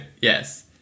Yes